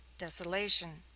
desolation,